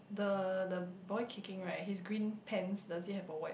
the the boy kicking right his green pants does it have a wipe